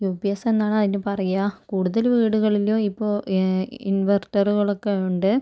U P S എന്നാണ് അതിന് പറയുക കൂടുതൽ വീടുകളിലും ഇപ്പോൾ ഇൻവെർട്ടറുകളൊക്കെ ഉണ്ട്